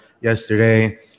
yesterday